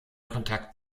kontakt